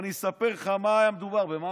אני אספר לך במה מדובר.